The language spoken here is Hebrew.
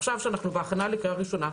עכשיו כשאנחנו בהכנה לקריאה ראשונה,